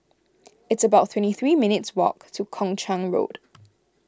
it's about twenty three minutes' walk to Kung Chong Road